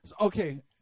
Okay